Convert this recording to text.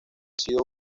sido